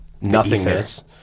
nothingness